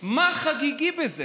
מה חגיגי בזה?